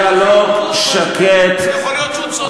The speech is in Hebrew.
דיאלוג שקט, יכול להיות שהוא צודק.